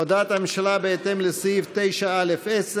הודעת הממשלה בהתאם לסעיף 9(א)(10),